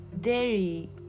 dairy